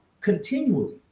continually